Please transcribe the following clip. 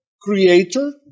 creator